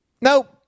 Nope